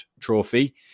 trophy